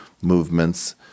movements